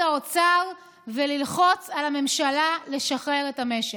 האוצר וללחוץ על הממשלה לשחרר את המשק.